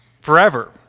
forever